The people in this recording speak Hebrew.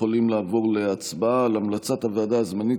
אנחנו יכולים לעבור להצבעה על המלצת הוועדה הזמנית